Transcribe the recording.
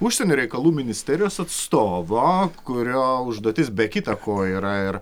užsienio reikalų ministerijos atstovo kurio užduotis be kita ko yra ir